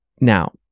now